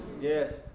Yes